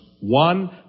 one